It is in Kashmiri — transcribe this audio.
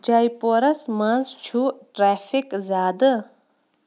جے پوٗرس منٛز چھُ ٹریفِک زیادٕ